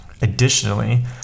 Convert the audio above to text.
Additionally